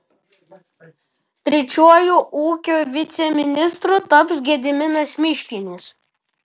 trečiuoju ūkio viceministru taps gediminas miškinis